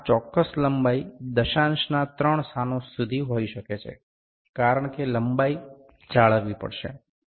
આ ચોક્કસ લંબાઈ દશાંશના ત્રણ સ્થાનો સુધી હોઇ શકે છે કારણ કે લંબાઈ જાળવવી પડે છે